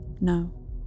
No